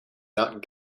not